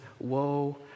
woe